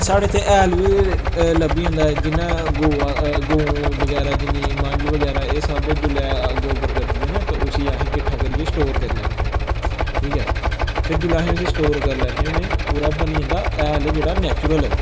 साढ़े इत्थै हैल बी लब्बी जंदा जिन्ना गोहा गौं बगैरा जिन्नियां मंझ बगैरा एह् सब्भ जुल्लै गोबर करदियां न ते उस्सी अस किट्ठा करियै स्टोर करी लैन्ने होन्ने ठीक ऐ फिर जुल्लै अस उस्सी स्टोर करी लैन्ने होन्ने ओह्दा बनी जंदा हैल जेह्ड़ा नैचुरल ऐ